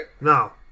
No